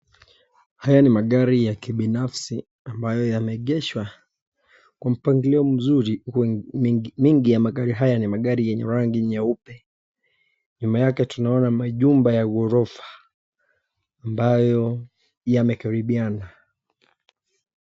Hawa ni magari ya kibinafsi ambayo yameegeshwa kwa mpangilio mzuri, mengi ya magari haya ni magariyenyeranginyeupe. Nyuma yake tunaona manyumba ya gorofa amabyao yamekaribiana